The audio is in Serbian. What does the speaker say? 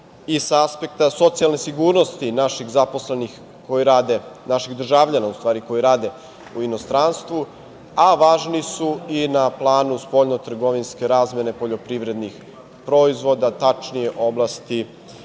i sa aspekta socijalne sigurnosti naših državljana koji rade u inostranstvu, a važni su i na planu spoljno-trgovinske razmene poljoprivrednih proizvoda, tačnije oblasti